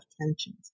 tensions